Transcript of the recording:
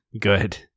Good